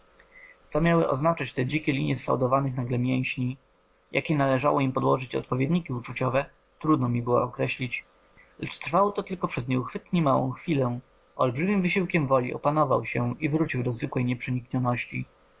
co miały oznaczać te dzikie linie sfałdowanych nagle mięśni jakie należało im podłożyć odpowiedniki uczuciowe trudno mi było określić lecz trwało to tylko przez nieuchwytnie małą chwilę olbrzymim wysiłkiem woli opanował się i wrócił do zwykłej